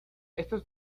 estos